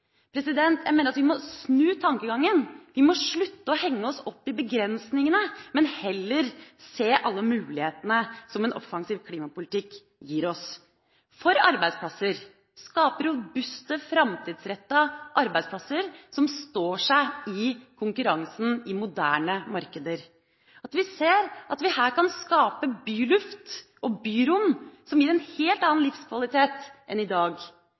Jeg mener at vi må snu tankegangen. Vi må slutte å henge oss opp i begrensningene, men heller se alle mulighetene som en offensiv klimapolitikk gir oss for arbeidsplasser – at den skaper robuste, framtidsrettede arbeidsplasser som står seg i konkurransen i moderne markeder, at vi ser at vi her kan skape byluft og byrom som gir en helt annen livskvalitet enn i dag,